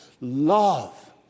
Love